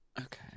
okay